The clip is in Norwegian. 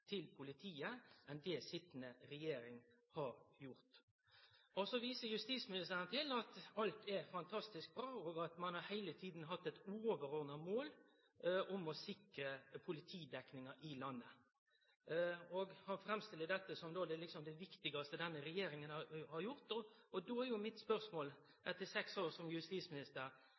til politiet enn det sitjande regjering har gjort. Så viser justisministeren til at alt er fantastisk bra, og at ein heile tida har hatt eit overordna mål om å sikre politidekninga i landet. Han framstiller dette som det viktigaste denne regjeringa har gjort. Då er spørsmålet mitt: Etter seks år som justisminister,